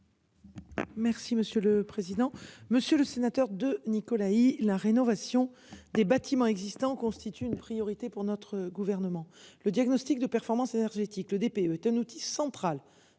Merci monsieur le président, monsieur le sénateur, de Nicolas il la rénovation des bâtiments existants constitue une priorité pour notre gouvernement. Le diagnostic de performance énergétique le DPE un outil central